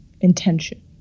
intention